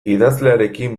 idazlearekin